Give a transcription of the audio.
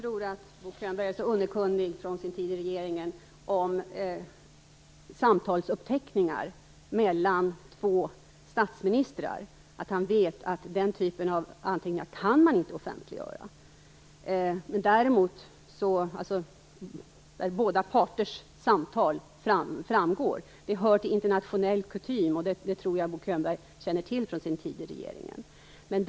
Fru talman! Jag tror att Bo Könberg efter sin tid i regeringen är så underkunnig om uppteckningar av samtal mellan två statsministrar att han vet att den typen av anteckningar, där båda parters samtal framgår, inte kan offentliggöras. Det hör till internationell kutym, och jag tror att Bo Könberg känner till det från sin tid i regeringen.